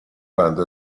bande